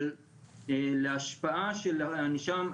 אבל להשפעה של ענישה,